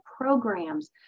programs